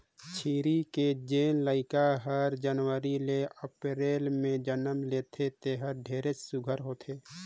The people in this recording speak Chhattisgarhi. छेरी के जेन लइका हर जनवरी ले अपरेल में जनम लेथे तेहर ढेरे सुग्घर होथे